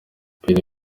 pierre